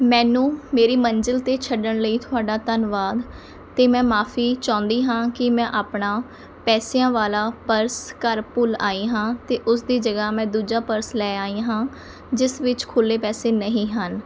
ਮੈਨੂੰ ਮੇਰੀ ਮੰਜ਼ਿਲ 'ਤੇ ਛੱਡਣ ਲਈ ਤੁਹਾਡਾ ਧੰਨਵਾਦ ਅਤੇ ਮੈਂ ਮਾਫ਼ੀ ਚਾਹੁੰਦੀ ਹਾਂ ਕਿ ਮੈਂ ਆਪਣਾ ਪੈਸਿਆਂ ਵਾਲ਼ਾ ਪਰਸ ਘਰ ਭੁੱਲ ਆਈ ਹਾਂ ਅਤੇ ਉਸਦੀ ਜਗ੍ਹਾ ਮੈਂ ਦੂਜਾ ਪਰਸ ਲੈ ਆਈ ਹਾਂ ਜਿਸ ਵਿੱਚ ਖੁੱਲ੍ਹੇ ਪੈਸੇ ਨਹੀਂ ਹਨ